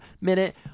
minute